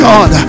God